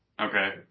Okay